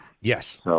Yes